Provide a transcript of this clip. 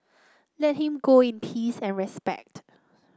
let him go in peace and respect